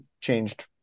changed